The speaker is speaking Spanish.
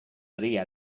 haría